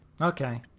Okay